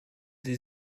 sie